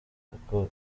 kuko